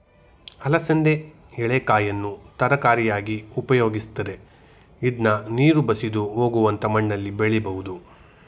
ಅಲಸಂದೆ ಎಳೆಕಾಯನ್ನು ತರಕಾರಿಯಾಗಿ ಉಪಯೋಗಿಸ್ತರೆ, ಇದ್ನ ನೀರು ಬಸಿದು ಹೋಗುವಂತ ಮಣ್ಣಲ್ಲಿ ಬೆಳಿಬೋದು